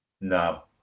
No